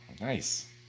Nice